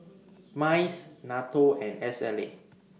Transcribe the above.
Mice NATO and S L A